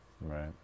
Right